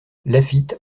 laffitte